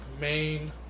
main